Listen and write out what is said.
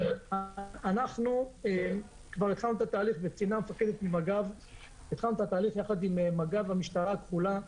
אנחנו כבר התחלנו את התהליך יחד עם מג"ב והמשטרה הכחולה.